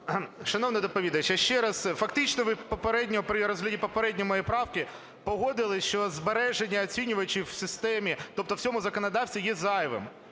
Шановний доповідачу, ще раз, фактично, ви попередньо при розгляді попередньої моєї правки погодились, що збереження оцінювачів у системі… тобто в цьому законодавстві, є зайвим.